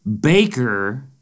Baker